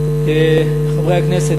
חברי הכנסת,